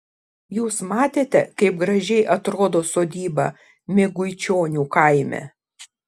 jūs matėte kaip gražiai atrodo sodyba miguičionių kaime